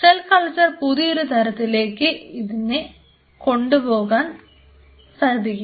സൽ culture നെ പുതിയൊരു തലത്തിലേക്ക് അതിന് കൊണ്ടു പോകാൻ പറ്റും